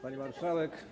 Pani Marszałek!